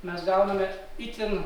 mes gauname itin